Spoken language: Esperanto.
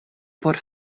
por